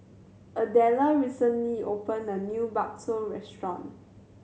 Adella recently opened a new bakso restaurant